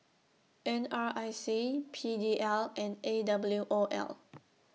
N R I C P D L and A W O L